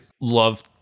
love